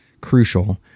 crucial